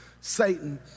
Satan